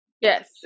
yes